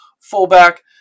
fullback